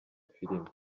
filime